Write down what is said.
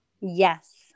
Yes